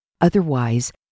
otherwise